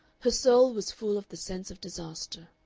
her soul was full of the sense of disaster.